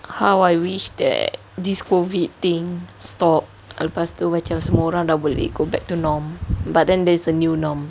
how I wish that this COVID thing stop lepas tu semua orang boleh go back to norm but then that's the new norm